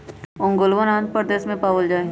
ओंगोलवन आंध्र प्रदेश में पावल जाहई